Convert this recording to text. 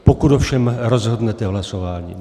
Pokud ovšem rozhodnete v hlasování.